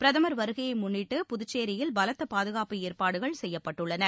பிரதமர் வருகையை முன்னிட்டு புதுச்சேரியில் பலத்த பாதுகாப்பு ஏற்பாடுகள் செய்யப்பட்டுள்ளன